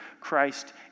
Christ